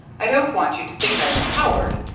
i don't want you to think i am a coward,